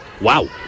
Wow